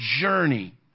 journey